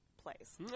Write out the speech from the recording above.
place